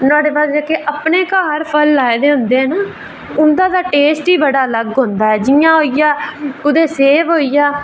नुहाड़े बाद जेह्के अपने घर फल लाए दे होंदे न उं'दा ते टेस्ट ई बड़ा अलग होंदा ऐ जि'यां होई गेआ कुदै सेव होई गेआ